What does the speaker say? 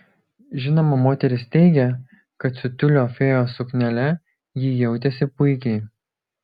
žinoma moteris teigė kad su tiulio fėjos suknele ji jautėsi puikiai